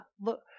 look